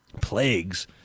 plagues